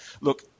look